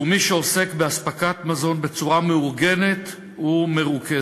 שהוא מי שעוסק באספקת מזון בצורה מאורגנת ומרוכזת,